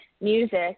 music